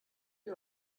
ihr